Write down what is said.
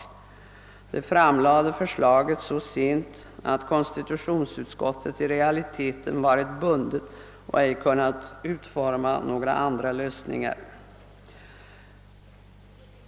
Förslaget framlades vidare så sent, att konstitutionsutskottet i realiteten var bundet och ej kunde utforma några andra lösningar.